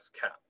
cap